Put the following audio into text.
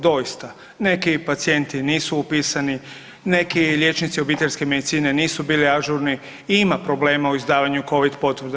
Doista, neki pacijenti i nisu upisani, neki liječnici obiteljske medicine nisu bili ažurni i ima problema u izdavanju Covid potvrda.